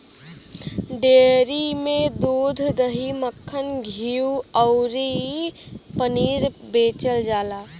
dairy में दूध, दही, मक्खन, घीव अउरी पनीर बेचल जाला